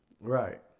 right